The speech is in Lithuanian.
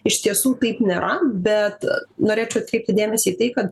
iš tiesų taip nėra bet norėčiau atkreipti dėmesį į tai kad